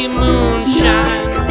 moonshine